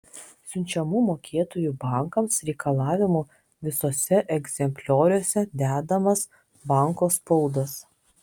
siunčiamų mokėtojų bankams reikalavimų visuose egzemplioriuose dedamas banko spaudas